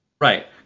right